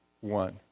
one